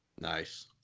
Nice